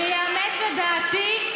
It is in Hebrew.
שיאמץ את דעתי.